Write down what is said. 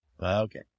Okay